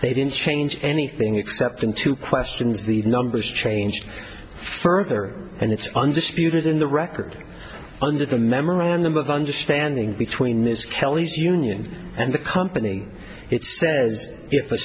they didn't change anything except in two questions the numbers changed further and it's undisputed in the record under the memorandum of understanding between miss kelly's union and the company